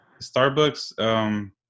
Starbucks